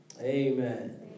Amen